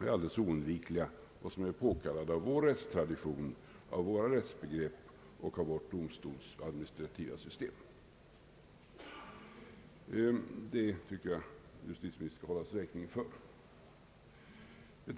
är alldeles oundvikliga och som är påkallade av vår rättstradition, av våra rättsbegrepp och av vårt domstolsoch administrativa system. Jag tycker att man bör hålla justitieministern räkning för detta.